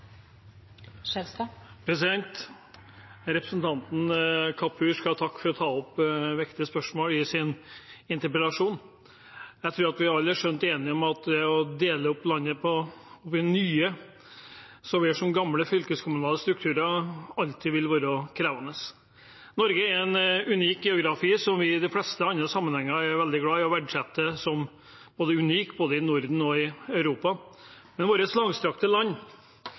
å ta opp viktige spørsmål i sin interpellasjon. Jeg tror vi alle er skjønt enige om at det å dele opp landet i nye så vel som i gamle fylkeskommunale strukturer, alltid vil være krevende. Norge har en unik geografi, som vi i de fleste andre sammenhenger er veldig glad i og verdsetter som unik, både i Norden og i Europa. Men vårt langstrakte land